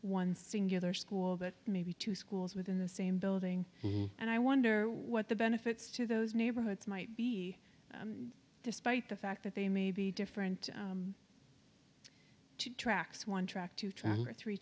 one singular school but maybe two schools within the same building and i wonder what the benefits to those neighborhoods might be despite the fact that they may be different tracks one track to track or three